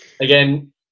Again